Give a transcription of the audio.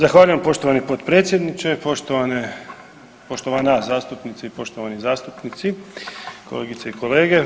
Zahvaljujem poštovani potpredsjedniče, poštovana zastupnice i poštovani zastupnici, kolegice i kolege.